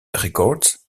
records